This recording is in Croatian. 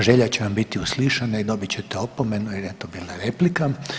Želja će vam biti uslišana i dobit ćete opomenu jer je to bila replika.